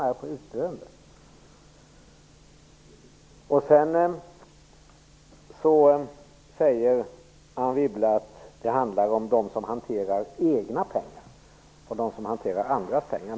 Anne Wibble säger att det handlar om dem som hanterar egna pengar och dem som hanterar andras pengar.